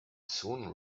soon